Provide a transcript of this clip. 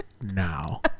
now